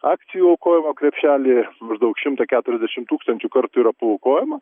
akcijų aukojimo krepšelį maždaug šimtą keturiasdešimt tūkstančių kartų yra paaukojama